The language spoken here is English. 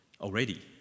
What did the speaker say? already